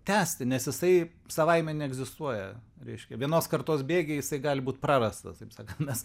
tęsti nes jisai savaime neegzistuoja reiškia vienos kartos bėgyje jisai gali būt prarastas taip sakant nes